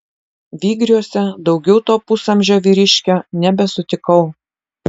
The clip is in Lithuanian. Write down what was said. vygriuose daugiau to pusamžio vyriškio nebesutikau